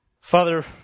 Father